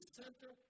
center